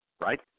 right